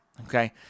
okay